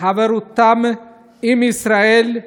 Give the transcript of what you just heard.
חברותם עם ישראל,